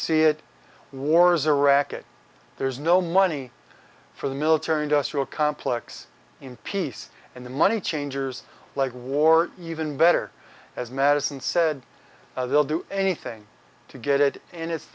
see it war's a racket there's no money for the military industrial complex in peace and the money changers like war even better as madison said they'll do anything to get it and it's